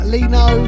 Lino